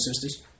sisters